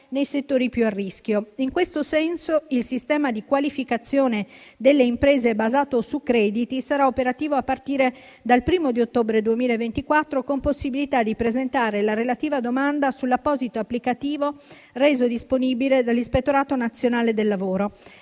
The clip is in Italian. nei settori più a rischio. In questo senso, il sistema di qualificazione delle imprese basato su crediti sarà operativo a partire dal 1° ottobre 2024, con possibilità di presentare la relativa domanda sull'apposito applicativo reso disponibile dall'Ispettorato nazionale del lavoro.